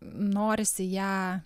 norisi ją